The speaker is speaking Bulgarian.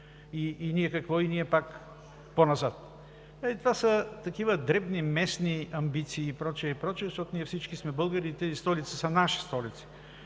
и ние какво – пак по-назад?!“ Това са дребни местни амбиции и прочее, и прочее, защото ние всички сме българи и тези столици са наши столици.